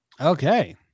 Okay